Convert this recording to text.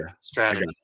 strategy